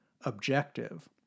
objective